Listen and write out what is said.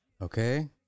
Okay